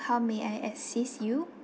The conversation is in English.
how may I assist you